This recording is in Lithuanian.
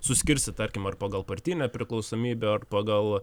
suskirstyt tarkim ar pagal partinę priklausomybę ar pagal